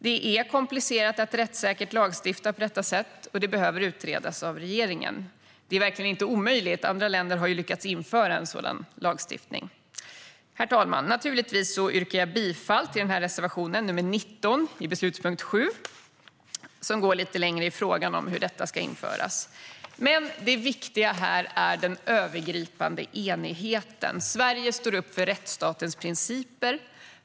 Det är komplicerat att rättssäkert lagstifta på detta sätt, och det behöver utredas av regeringen. Det är verkligen inte omöjligt. Andra länder har ju lyckats införa en sådan lagstiftning. Herr talman! Naturligtvis yrkar jag bifall till denna reservation, nr 19 under beslutspunkt 7, som går lite längre i fråga om hur detta ska införas. Men det viktiga här är den övergripande enigheten. Sverige står upp för rättsstatens principer.